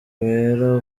wera